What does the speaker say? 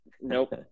Nope